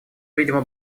видимо